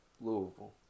Louisville